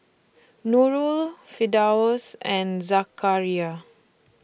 Nurul Firdaus and Zakaria